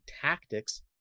tactics